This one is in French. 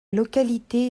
localité